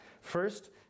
First